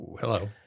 hello